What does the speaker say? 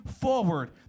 forward